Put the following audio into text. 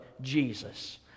Jesus